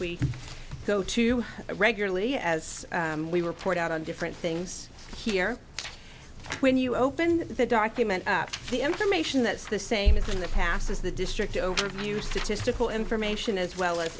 we go to regularly as we report out on different things here when you open the document the information that's the same as in the past as the district of new statistical information as well as